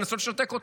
ולנסות לשתק אותן.